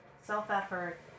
self-effort